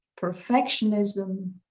perfectionism